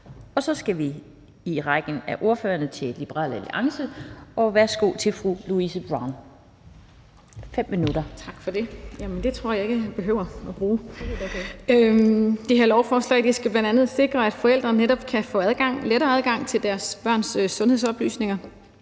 Så skal vi i rækken af ordførere til Liberal Alliance. Værsgo til fru Louise Brown.